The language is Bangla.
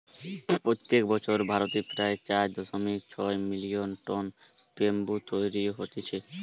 প্রত্যেক বছর ভারতে প্রায় চার দশমিক ছয় মিলিয়ন টন ব্যাম্বু তৈরী হতিছে